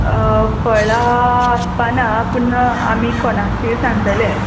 फळां आसपा ना पूण आमी कोणाकी सांगतले